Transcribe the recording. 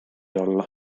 olla